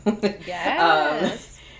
Yes